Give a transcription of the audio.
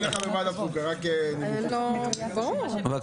אין ספק שגם החוק הזה הוא חלק ממארג מושחת ומארג